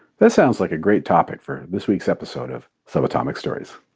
that sounds like a great topic for this week's episode of subatomic stories.